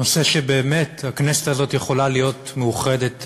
נושא שבאמת הכנסת הזאת יכולה להיות מאוחדת סביבו,